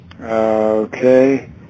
Okay